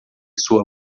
sua